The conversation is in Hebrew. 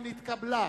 סגנית